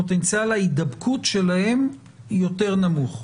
פוטנציאל ההידבקות שלהם הוא יותר נמוך.